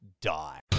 die